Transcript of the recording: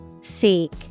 Seek